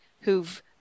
who've